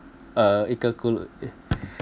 uh 一个